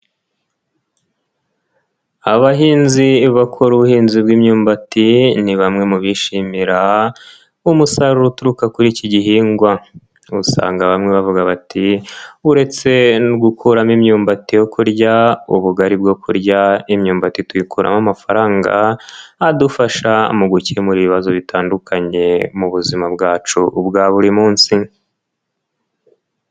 Abahinzi bakora ubuhinzi bw'imyumbati ni bamwe mu bishimira umusaruro uturuka kuri iki gihingwa. Usanga bamwe bavuga bati uretse no gukuramo imyumbati yo kurya, ubugari bwo kurya, imyumbati tuyikuramo amafaranga adufasha mu gukemura ibibazo bitandukanye mu buzima bwacu bwa buri munsi.